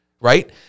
right